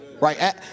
right